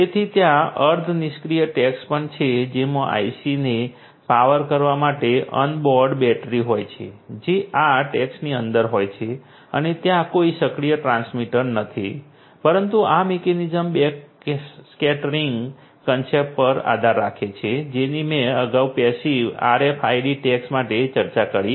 તેથી ત્યાં અર્ધ નિષ્ક્રિય ટૅગ્સ પણ છે જેમાં ICને પાવર કરવા માટે ઑનબોર્ડ બેટરી હોય છે જે આ ટૅગ્સની અંદર હોય છે અને ત્યાં કોઈ સક્રિય ટ્રાન્સમીટર નથી પરંતુ આ મિકેનિઝમ બેકસ્કેટરિંગ કન્સેપ્ટ પર પણ આધાર રાખે છે જેની મેં અગાઉ પેસિવ RFID ટૅગ્સ માટે ચર્ચા કરી હતી